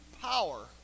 power